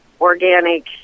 organic